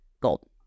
gold